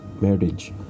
marriage